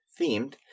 themed